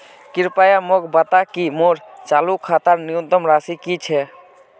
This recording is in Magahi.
कृपया मोक बता कि मोर चालू खातार न्यूनतम राशि की छे